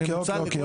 אוקיי.